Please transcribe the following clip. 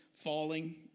falling